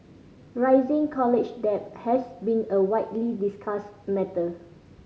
rising college debt has been a widely discussed matter